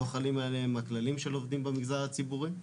לא חלים עליהם הכללים של עובדים במגזר הציבורי,